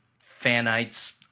fanites